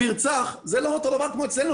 לקרואטיה בלי אוויר צח זה לא אותו דבר כמו אצלנו,